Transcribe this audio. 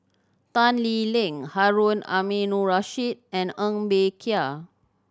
Tan Lee Leng Harun Aminurrashid and Ng Bee Kia